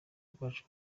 rwacu